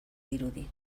dirudi